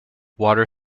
water